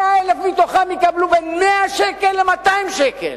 100,000 מתוכם יקבלו בין 100 שקל ל-200 שקל.